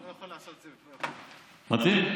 מתאים?